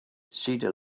cedar